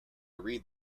read